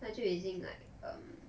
她就已经 like um